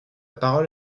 parole